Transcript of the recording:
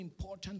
important